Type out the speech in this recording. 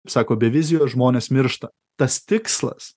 sako be vizijos žmonės miršta tas tikslas